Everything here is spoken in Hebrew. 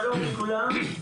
שלום לכולם.